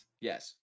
Yes